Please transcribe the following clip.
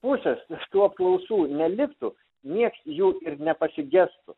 pusės iš tų apklausų neliktų nieks jų ir nepasigestų